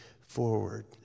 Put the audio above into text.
forward